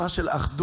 שנה של אחדות,